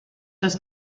das